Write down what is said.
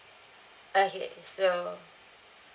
okay so